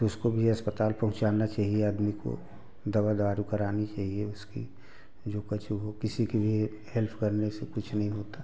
तो उसको भी अस्पताल पहुँचाना चाहिए आदमी को दवा दारू करानी चाहिए उसकी जो कछु हो किसी की भी हेल्प करने से कुछ नहीं होता